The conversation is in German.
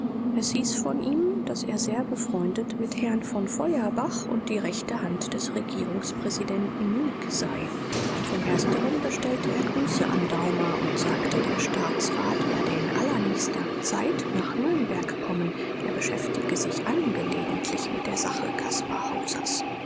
es hieß von ihm daß er sehr befreundet mit herrn von feuerbach und die rechte hand des regierungspräsidenten mieg sei von ersterem bestellte er grüße an daumer und sagte der staatsrat werde in allernächster zeit nach nürnberg kommen er beschäftige sich angelegentlich mit der sache